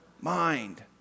mind